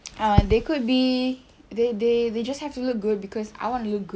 uh they could be they they they just have to look good cause I want to look good